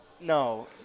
no